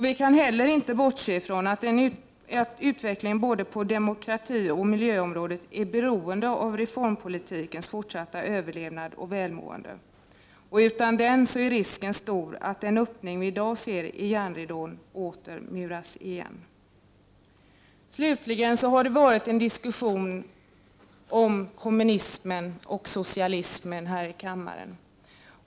Vi kan inte heller bortse ifrån att utvecklingen på både demokratioch miljöområdet är beroende av reformpolitikens fortsatta överlevnad och välmående. Utan den är risken stor att den öppning vi i dag ser i järnridån åter muras igen. Det har också förts en diskussion om kommunismen och socialismen här i kammaren.